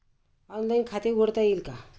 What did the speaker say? Online खाते उघडता येईल का?